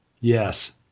Yes